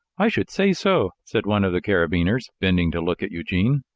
i should say so, said one of the carabineers, bending to look at eugene.